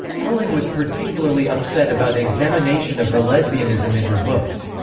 helen was particularly upset about examination of her lesbianism in her books.